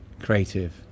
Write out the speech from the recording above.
creative